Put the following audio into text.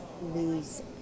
lose